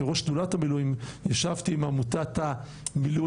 כראש שדולת המילואים ישבתי עם עמותת מילואימיות,